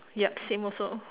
yup same also